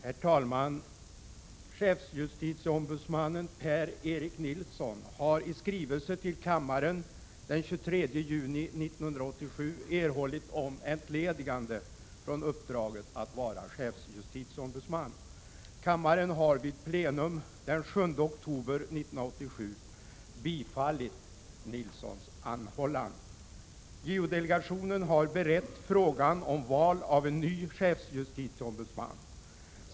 Herr talman! Chefsjustitieombudsmannen Per-Erik Nilsson har i skrivelse till kammaren den 23 juni 1987 anhållit om entledigande från uppdraget att vara chefsjustitieombudsman. Kammaren har vid plenum den 7 oktober 1987 bifallit Nilssons anhållan. JO-delegationen har berett frågan om val av en ny chefsjustitieombudsman.